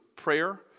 prayer